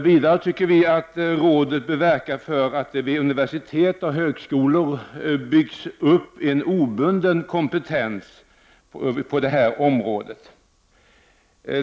Vidare bör rådet verka för att det vid universitet och högskolor byggs upp en obunden kompetens på detta område.